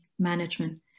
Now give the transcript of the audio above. management